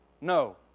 No